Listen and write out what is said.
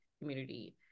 community